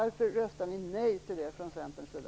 Varför röstar ni nej till detta från centerns sida?